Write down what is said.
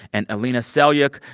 and alina selyukh,